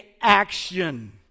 action